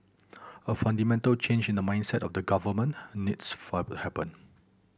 a fundamental change in the mindset of the government needs for to happen